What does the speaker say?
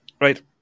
right